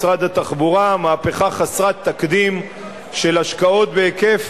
משרד התחבורה, מהפכה חסרת תקדים של השקעות בהיקף